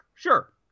Sure